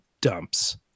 dumps